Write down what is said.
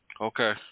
Okay